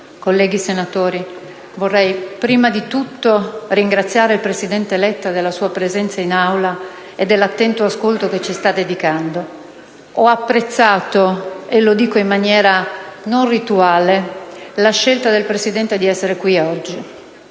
colleghi senatori, vorrei prima di tutto ringraziare il presidente Letta per la sua presenza in Aula e per l'attento ascolto che ci sta dedicando. Ho apprezzato - e lo dico in maniera non rituale - la scelta del Presidente di essere qui oggi.